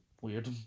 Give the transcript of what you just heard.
weird